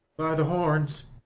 the horns